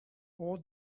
all